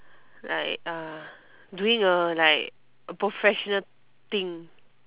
like uh doing a like a professional thing